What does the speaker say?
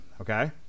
Okay